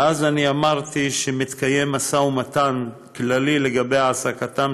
ואז אני אמרתי: "מתקיים משא ומתן כללי לגבי העסקתם